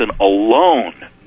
alone